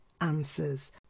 answers